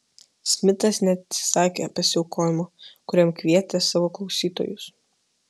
smitas neatsisakė pasiaukojimo kuriam kvietė savo klausytojus